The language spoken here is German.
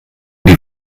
die